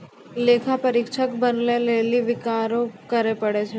लेखा परीक्षक बनै लेली कि करै पड़ै छै?